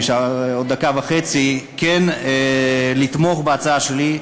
נשארה עוד דקה וחצי לתמוך בהצעה שלי.